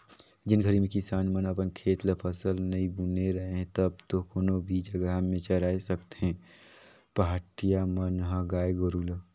जेन घरी में किसान मन अपन खेत म फसल नइ बुने रहें तब तो कोनो भी जघा में चराय सकथें पहाटिया मन ह गाय गोरु ल